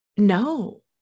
No